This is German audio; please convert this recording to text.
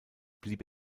blieb